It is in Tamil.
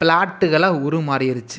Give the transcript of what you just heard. ப்ளாட்டுகளாக உருமாறியிருச்சு